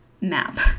map